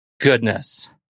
goodness